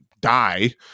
die